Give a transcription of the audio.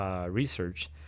research